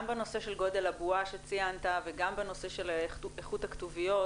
גם בנושא של גודל הבועה שציינת וגם בנושא של איכות הכתוביות